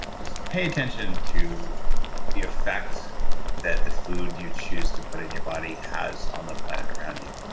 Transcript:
just pay attention to the effect that the food you choose to put in your body has on the planet around you.